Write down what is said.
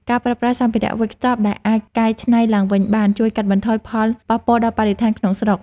ការប្រើប្រាស់សម្ភារវេចខ្ចប់ដែលអាចកែច្នៃឡើងវិញបានជួយកាត់បន្ថយផលប៉ះពាល់ដល់បរិស្ថានក្នុងស្រុក។